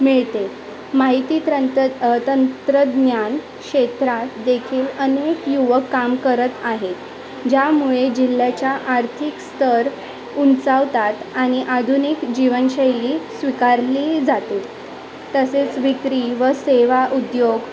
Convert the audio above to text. मिळते माहिती तंत्र तंत्रज्ञान क्षेत्रात देखील अनेक युवक काम करत आहे ज्यामुळे जिल्ह्याच्या आर्थिक स्तर उंचावतात आणि आधुनिक जीवनशैली स्वीकारली जाते तसेच विक्री व सेवा उद्योग